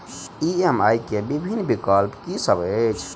EMI केँ विभिन्न विकल्प की सब अछि